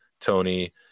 Tony